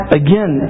again